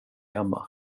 hemma